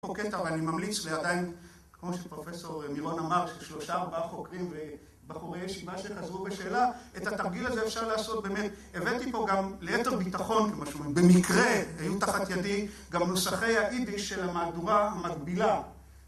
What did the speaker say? ... פה קטע, אבל אני ממליץ ועדיין כמו שפרופסור מירון אמר ששלושה ארבעה חוקרים ובחורי הישיבה שחזרו בשאלה, את התרגיל הזה אפשר לעשות באמת, הבאתי פה גם ליתר ביטחון כמו שאומרים במקרה, היו תחת ידי גם נוסחי האידיש של המהדורה המקבילה.